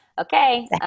okay